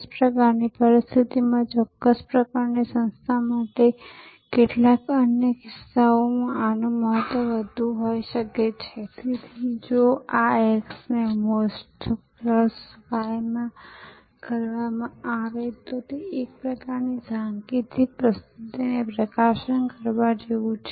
આ સેવા નેટવર્કને શિક્ષણવિદો દ્વારા વ્યવસાયી દ્વારા શ્રૃંખલા જથ્થો નિષ્ણાતો દ્વારા વખાણવામાં આવે છે અને ઘણા બધા પ્રશ્નો પૂછવામાં આવે છે જ્યારે પણ તેઓ IIT અથવા IIM માં આવે છે અથવા તેમના પ્રતિનિધિઓ અન્ય વિવિધ પરિષદોની મુલાકાત લે છે